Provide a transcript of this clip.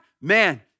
man